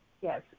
Yes